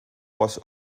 was